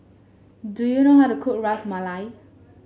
do you know how to cook Ras Malai